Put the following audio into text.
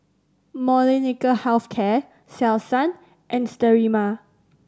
Molnylcke Health Care Selsun and Sterimar